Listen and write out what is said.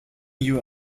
you